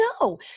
no